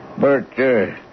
Bert